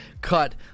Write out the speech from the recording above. cut